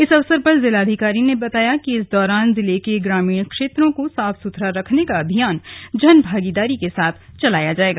इस अवसर पर जिलाधिकारी ने बताया कि इस दौरान जिले के ग्रामीण क्षेत्रों को साफ सुथरा रखने का अभियान जनभागीदारी के साथ चलाया जाएगा